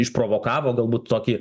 išprovokavo galbūt tokį